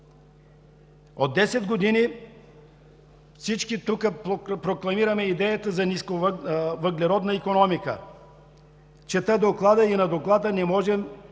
От 10 години всички ние тук прокламираме идеята за нисковъглеродна икономика. Чета Доклада и след прочитането не можем